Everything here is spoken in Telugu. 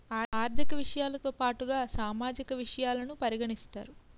ఆర్థిక విషయాలతో పాటుగా సామాజిక విషయాలను పరిగణిస్తారు